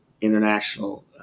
international